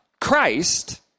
Christ